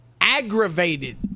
aggravated